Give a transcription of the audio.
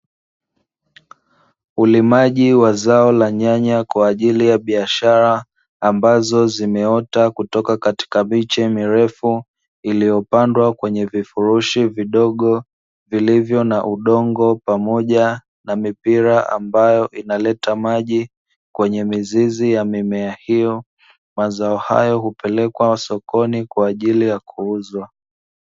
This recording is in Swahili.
Ulimaji wa zao la nyanya kwa ajili ya biashara ambazo zimeota kutoka katika miche mirefu iliyopandwa kwenye vifurushi vidogo vilivyo na udongo, pamoja na mipira ambayo inaleta maji kwenye mizizi ya mimea hiyo. Mazao hayo hupelekwa sokoni kwa ajili ya kuuzwa.